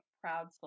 proud